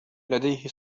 لديه